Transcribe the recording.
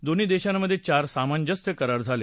दोन्ही देशांमध्ये चार सामंजस्य करार झाले